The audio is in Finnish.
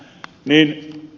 ään